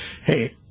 hey